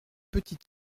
petites